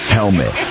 Helmet